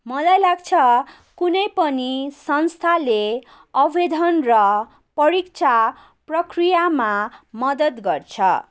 मलाई लाग्छ कुनै पनि संस्थाले आवेदन र परीक्षा प्रक्रियामा मद्दत गर्छ